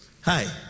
Hi